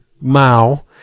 Mao